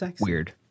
weird